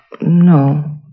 No